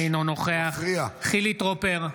אינו נוכח חילי טרופר,